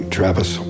Travis